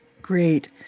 Great